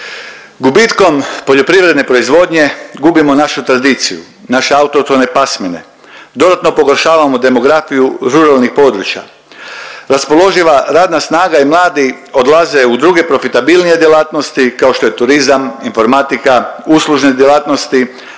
Gubitkom poljoprivredne proizvodnje gubimo našu tradiciju, naše autohtone pasmine, dodatno pogoršavamo demografiju ruralnih područja. Raspoloživa radna snaga i mladi odlaze u druge profitabilnije djelatnosti kao što je turizam, informatika, uslužne djelatnosti,